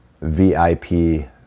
VIP